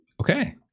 okay